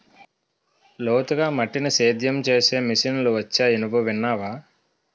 లోతుగా మట్టిని సేద్యం చేసే మిషన్లు వొచ్చాయి నువ్వు విన్నావా?